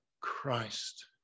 Christ